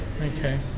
Okay